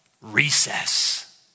recess